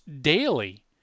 daily